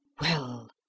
Well